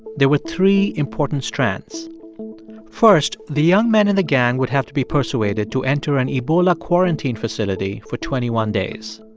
there were three important strands first, the young men in the gang would have to be persuaded to enter an ebola quarantine facility for twenty one days.